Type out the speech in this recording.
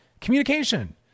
communication